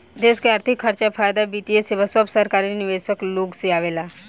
देश के अर्थिक खर्चा, फायदा, वित्तीय सेवा सब सरकारी निवेशक लोग से आवेला